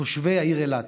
תושבי העיר אילת.